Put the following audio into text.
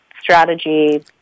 strategy